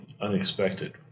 unexpected